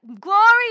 Glory